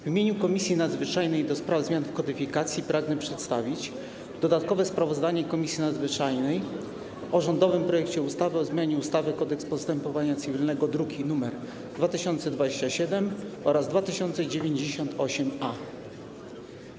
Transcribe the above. W imieniu Komisji Nadzwyczajnej do spraw zmian w kodyfikacjach pragnę przedstawić dodatkowe sprawozdanie Komisji Nadzwyczajnej o rządowym projekcie ustawy o zmianie ustawy - Kodeks postępowania cywilnego, druki nr 2027 i 2098-A.